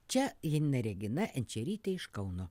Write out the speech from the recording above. čia janina regina enčerytė iš kauno